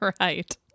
Right